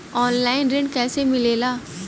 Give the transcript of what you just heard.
Online ऋण कैसे मिले ला?